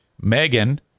Megan